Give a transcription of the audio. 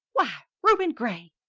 why, reuben gray!